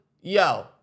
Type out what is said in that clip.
yo